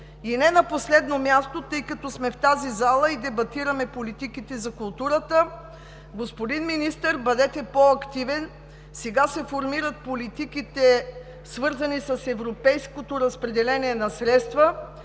И не на последно място, тъй като сме в тази зала и дебатираме политиките за културата – господин Министър, бъдете по-активен, сега се формират политиките, свързани с европейското разпределение на средства,